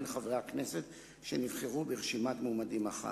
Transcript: חברי הכנסת שנבחרו ברשימת מועמדים אחת.